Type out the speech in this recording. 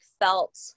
felt